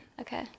Okay